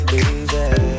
easy